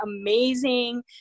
amazing